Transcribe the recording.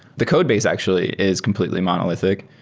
the codebase actually is completely monolithic,